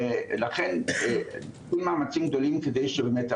ולכן עושים מאמצים גדולים כדי שבאמת,